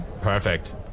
Perfect